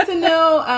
ah know.